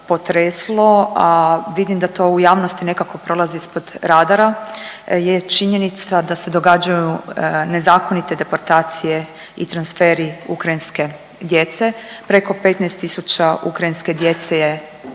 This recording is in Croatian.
potreslo, a vidim da to u javnosti nekako prolazi ispod radara je činjenica da se događaju nezakonite deportacije i transferi ukrajinske djece. Preko 15.000 ukrajinske djece je